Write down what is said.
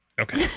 Okay